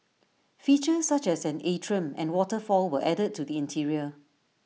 features such as an atrium and waterfall were added to the interior